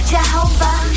Jehovah